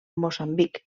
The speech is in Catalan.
moçambic